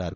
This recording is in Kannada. ಆರ್